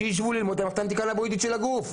שישבו ללמוד על המערכת האנטי קנבואידית של הגוף.